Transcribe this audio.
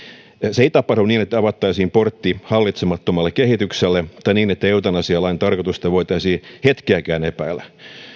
se ei tapahdu niin että avattaisiin portti hallitsemattomalle kehitykselle tai niin että eutanasialain tarkoitusta voitaisiin hetkeäkään epäillä